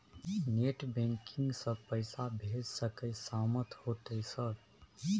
Net banking से पैसा भेज सके सामत होते सर?